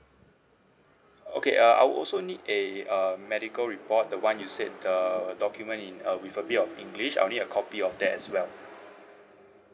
okay uh I will also need a uh medical report the one you said the document in uh with a bit of english I will need a copy of that as well